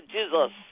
Jesus